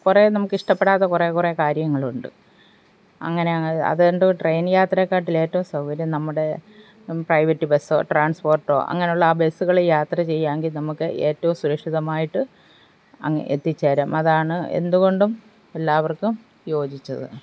കുറേ നമുക്കിഷ്ടപ്പെടാതെ കുറേ കുറേ കാര്യങ്ങളുണ്ട് അങ്ങനെയങ്ങനെ അതെന്തോ ട്രെയിൻ യാത്രക്കാട്ടിലും ഏറ്റവും സൗകര്യം നമ്മുടെ പ്രൈവറ്റ് ബസ്സോ ട്രാൻസ്പോർട്ടോ അങ്ങനെയുള്ള ആ ബസ്സുകളിൽ യാത്ര ചെയ്യാമെങ്കിൽ നമുക്ക് ഏറ്റവും സുരക്ഷിതമായിട്ട് അങ്ങ് എത്തിച്ചേരാം അതാണ് എന്തു കൊണ്ടും എല്ലാവർക്കും യോജിച്ചത്